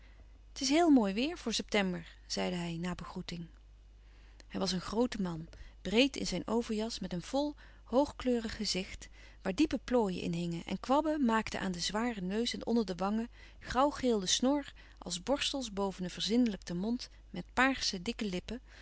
het is heel mooi weêr voor september zeide hij na begroeting hij was een groote man breed in zijn overjas met een vol hoogkleurig gezicht waar diepe plooien in hingen en kwabben maakten aan den zwaren neus en onder de wangen grauwgeel de snor als borstels boven een verzinnelijkten mond van paarse dikke lippen